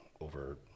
over